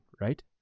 right